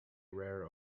rare